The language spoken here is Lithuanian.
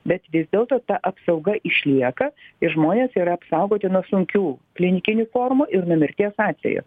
bet vis dėlto ta apsauga išlieka ir žmonės yra apsaugoti nuo sunkių klinikinių formų ir nuo mirties atvejų